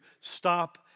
stop